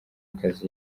akazi